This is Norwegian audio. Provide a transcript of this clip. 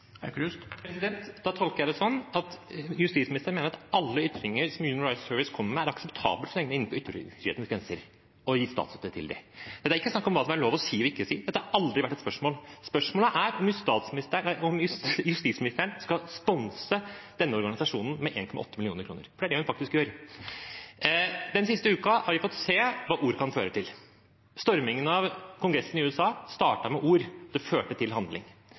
Da tolker jeg det sånn at justisministeren mener at alle ytringer som Human Rights Service kommer med, er akseptable så lenge de er innenfor ytringsfrihetens grenser, når det gjelder å gi statsstøtte til dem. Men det er ikke snakk om hva som er lov å si og ikke si. Det har aldri vært et spørsmål. Spørsmålet er om justisministeren skal sponse denne organisasjonen med 1,8 mill. kr., for det er det hun faktisk gjør. Den siste uken har vi fått se hva ord kan føre til. Stormingen av kongressen i USA startet med ord. Det førte til handling.